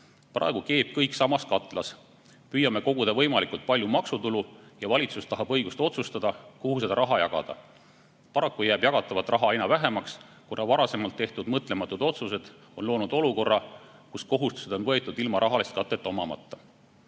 Praegu keeb kõik samas katlas. Püüame koguda võimalikult palju maksutulu ja valitsus tahab õigust otsustada, kuhu seda raha jagada. Paraku jääb jagatavat raha aina vähemaks, kuna varasemalt tehtud mõtlematud otsused on loonud olukorra, kus kohustused on võetud ilma rahalist katet